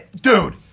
dude